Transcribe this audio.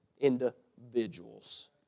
individuals